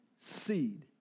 seed